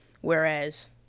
Whereas